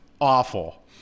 awful